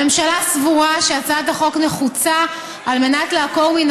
הממשלה סבורה שהצעת החוק נחוצה על מנת לעקור מן